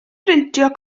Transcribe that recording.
brintio